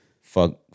Fuck